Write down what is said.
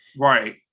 right